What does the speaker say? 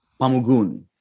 Pamugun